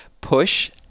push